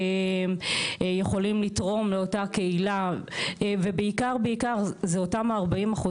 לא יכולים לתרום לאותה קהילה ובעיקר בעיקר זה אותם 40%